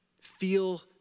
feel